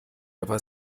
aber